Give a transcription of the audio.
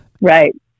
Right